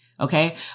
okay